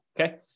Okay